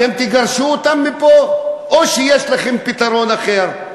אתם תגרשו אותם מפה, או שיש לכם פתרון אחר?